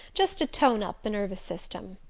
just to tone up the nervous system.